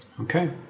Okay